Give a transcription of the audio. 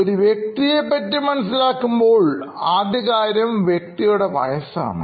ഒരു വ്യക്തിയെ പറ്റി മനസ്സിലാക്കുമ്പോൾ ആദ്യ കാര്യം വ്യക്തിയുടെ വയസ്സാണ്